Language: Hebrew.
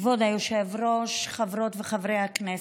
כבוד היושב-ראש, חברות וחברי הכנסת,